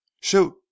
shoot